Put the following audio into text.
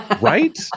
right